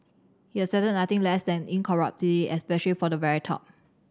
he accepted nothing less than incorruptibility especially for the very top